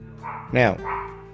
now